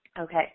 Okay